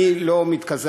אני לא מתקזז,